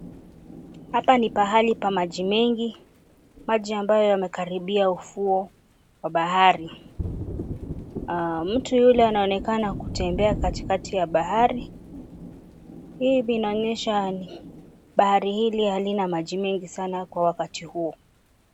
Hapa ni pahali pa maji mengi. Maji ambayo yamekaribia ufuo wa bahari. Mtu yule anaonekana kutembea katikati ya bahari, hivi inaonyesha bahari hili halina maji mengi sana kwa wakati huo.